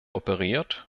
operiert